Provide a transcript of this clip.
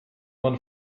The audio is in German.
man